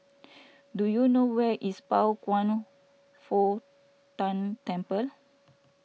do you know where is Pao Kwan Foh Tang Temple